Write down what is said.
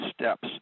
steps